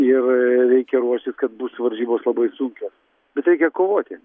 ir reikia ruoštis kad bus varžybos labai sunkios bet reikia kovoti